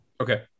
Okay